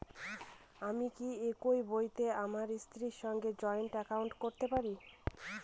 আমি কি একই বইতে আমার স্ত্রীর সঙ্গে জয়েন্ট একাউন্ট করতে পারি?